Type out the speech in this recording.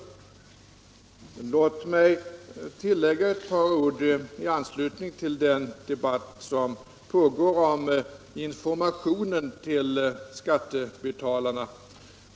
taxering Låt mig tillägga ett par ord i anslutning till den debatt som pågår om informationen till skattebetalarna.